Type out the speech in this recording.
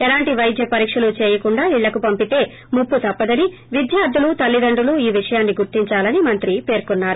ఎలాంటి వైద్య పరీక్షలు చేయకుండా ఇళ్లకు పంపితే ముప్పు తప్పదని విద్యార్దులు తల్లిదండ్రులు ఈ విషయాన్ని గుర్తిందాలని మంత్రి పేర్కొన్నారు